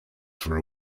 for